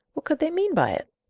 what could they mean by it?